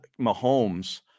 Mahomes